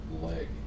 leg